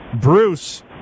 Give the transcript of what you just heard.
Bruce